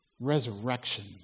resurrection